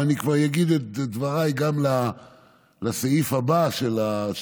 ואני כבר אגיד את דבריי גם לסעיף הבא בסדר-היום.